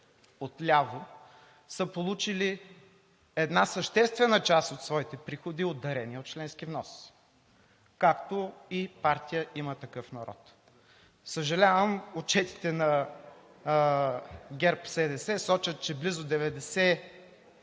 отляво са получили една съществена част от своите приходи от дарения от членски внос, както и партия „Има такъв народ“. Съжалявам, отчетите на ГЕРБ-СДС сочат, че близо 92%